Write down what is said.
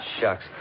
shucks